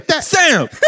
Sam